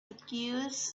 accused